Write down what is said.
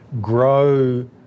grow